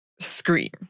Scream